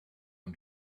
own